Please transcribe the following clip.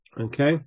Okay